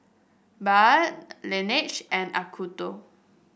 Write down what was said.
Bia Laneige and Acuto